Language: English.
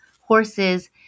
horses